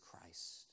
Christ